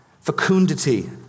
fecundity